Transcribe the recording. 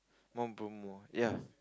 Mount ya